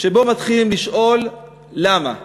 שבו מתחילים לשאול למה,